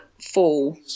fall